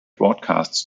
broadcasts